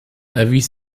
erwies